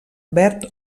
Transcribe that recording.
verb